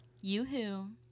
yoo-hoo